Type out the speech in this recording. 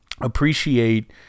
Appreciate